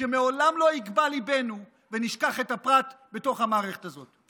שלעולם לא יגבה ליבנו ונשכח את הפרט בתוך המערכת הזו.